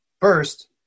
first